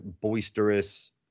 boisterous